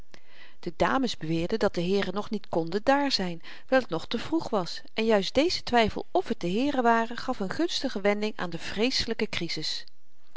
de dames beweerden dat de heeren nog niet konden dààr zyn wyl t nog te vroeg was en juist deze twyfel f t de heeren waren gaf n gunstige wending aan de vreeselyke krisis